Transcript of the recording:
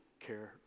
care